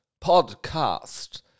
podcast